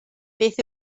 beth